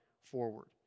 forward